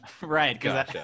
Right